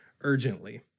urgently